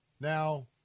Now